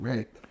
Right